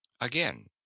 Again